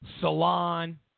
Salon